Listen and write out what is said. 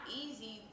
easy